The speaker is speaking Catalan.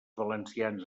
valencians